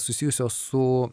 susijusios su